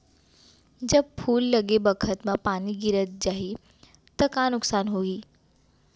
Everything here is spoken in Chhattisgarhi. जब फूल लगे बखत म पानी गिर जाही त का नुकसान होगी?